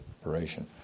operation